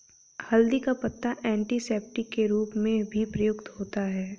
हल्दी का पत्ता एंटीसेप्टिक के रूप में भी प्रयुक्त होता है